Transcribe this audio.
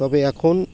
তবে এখন